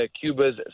Cuba's